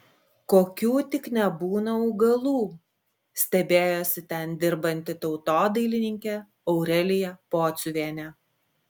kokių tik nebūna augalų stebėjosi ten dirbanti tautodailininkė aurelija pociuvienė